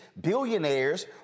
billionaires